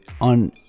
on